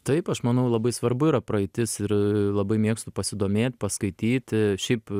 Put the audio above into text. taip aš manau labai svarbu yra praeitis ir labai mėgstu pasidomėt paskaityti šiaip